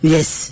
Yes